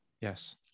Yes